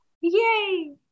yay